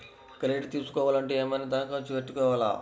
Credit తీసుకోవాలి అంటే ఏమైనా దరఖాస్తు పెట్టుకోవాలా?